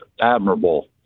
admirable